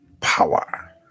power